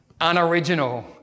unoriginal